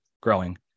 growing